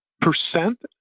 percent